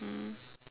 mmhmm